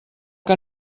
que